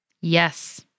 Yes